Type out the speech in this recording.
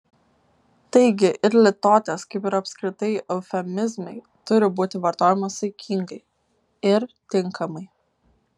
taigi ir litotės kaip ir apskritai eufemizmai turi būti vartojamos saikingai ir tinkamai